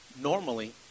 normally